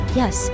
yes